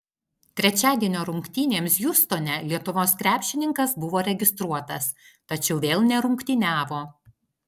trečiadienio rungtynėms hjustone lietuvos krepšininkas buvo registruotas tačiau vėl nerungtyniavo